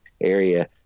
area